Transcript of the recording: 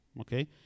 okay